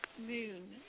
moon